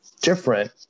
different